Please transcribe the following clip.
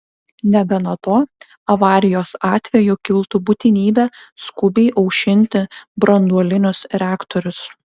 negana to avarijos atveju kiltų būtinybė skubiai aušinti branduolinius reaktorius